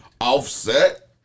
Offset